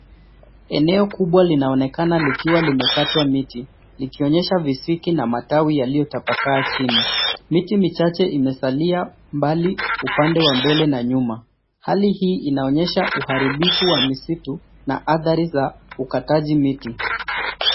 Eneo kubwa linaonekana likiwa limekatwa miti likionyesha visiki na matawi yalitapakaa chini, miti michache imesalia mbali upande wa mbele na nyuma, hali hii inaonyesha uharibifu wa misitu na atharu za ukataji miti.